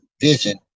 vision